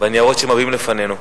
בניירות שהם מביאים לפנינו.